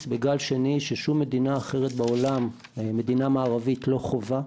בגל שני ששום מדינה מערבית אחרת בעולם לא חווה.